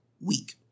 week